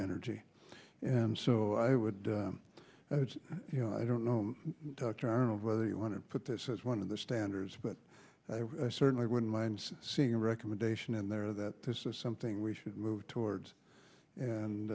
energy and so i would you know i don't know dr arnold whether you want to put this as one of the standards but i certainly wouldn't mind seeing a recommendation in there that this is something we should move towards and